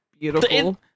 beautiful